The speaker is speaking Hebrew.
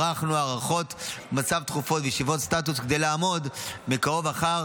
ערכנו הערכות מצב תכופות וישיבות סטטוס כדי לעמוד מקרוב אחר